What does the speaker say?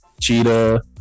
Cheetah